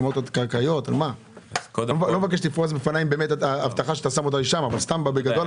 אני לא מבקש שתפרוס בפניי את האבטחה במקום אבל בגדול.